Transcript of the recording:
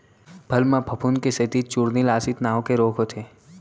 फूल म फफूंद के सेती चूर्निल आसिता नांव के रोग होथे